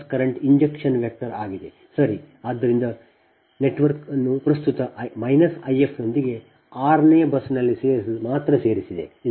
ಆದ್ದರಿಂದ ನೆಟ್ವರ್ಕ್ ಅನ್ನು ಪ್ರಸ್ತುತ I f ನೊಂದಿಗೆ r ನೇ ಬಸ್ನಲ್ಲಿ ಮಾತ್ರ ಸೇರಿಸಿದೆ